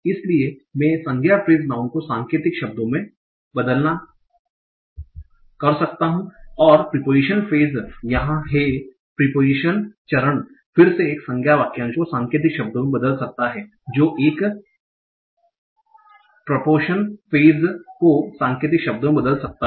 इसलिए मैं संज्ञा फ्रेस नाउँन को सांकेतिक शब्दों में बदलना कर सकता हूं और प्रिपोजीशनल फ्रेस यहां है प्रीपोजिशन चरण फिर से एक संज्ञा वाक्यांश को सांकेतिक शब्दों में बदल सकता है जो एक प्रपोशन फ्रेस को सांकेतिक शब्दों में बदल सकता है